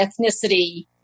ethnicity